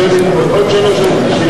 לשנת הכספים 2011, לא